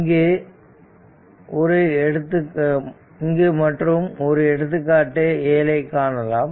இங்கு மற்றும் ஒரு எடுத்துக்காட்டு 7 ஐ காணலாம்